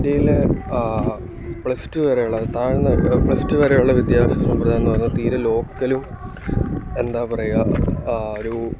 ഇന്ത്യയിലേ plus two വരെ ഉള്ള താഴ്ന്ന പ്ലസ് റ്റു വരെ ഉള്ള വിദ്യാഭ്യാസ സമ്പ്രദായമെന്നു പറയുന്നതു തീരെ ലോക്കലും എന്താ പറയുക ഒരൂ